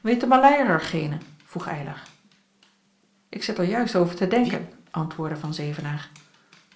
de maleier er geene vroeg eylar ik zit er juist over te denken antwoordde van zevenaer